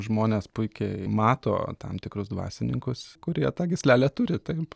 žmonės puikiai mato tam tikrus dvasininkus kurie tą gyslelę turi taip